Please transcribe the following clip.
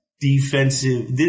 defensive